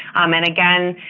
and again,